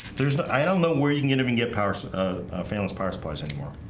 there's no i don't know where you can get even get power family's power supplies anymore